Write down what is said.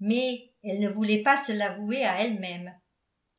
mais elle ne voulait pas se l'avouer à elle-même